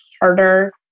harder